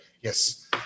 yes